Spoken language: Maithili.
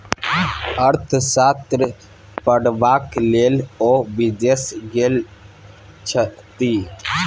अर्थशास्त्र पढ़बाक लेल ओ विदेश गेल छथि